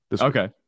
Okay